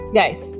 guys